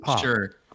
Sure